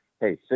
hey